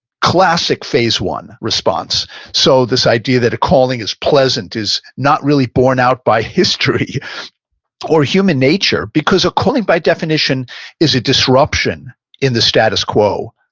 classic phase one response so this idea that a calling is pleasant is not really born out by history or human nature because a calling by definition is a disruption in the status quo.